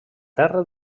terra